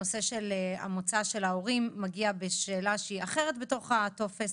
נושא המוצא של ההורים מגיע בשאלה אחרת בטופס,